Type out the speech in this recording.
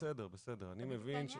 בסדר, הבנתי.